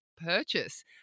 purchase